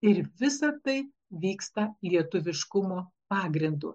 ir visa tai vyksta lietuviškumo pagrindu